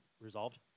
resolved